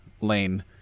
Lane